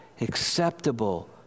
acceptable